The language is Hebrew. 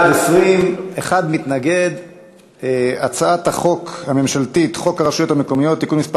ההצעה להעביר את הצעת חוק הרשויות המקומיות (בחירות) (תיקון מס'